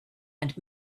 and